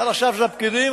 עד עכשיו זה הפקידים,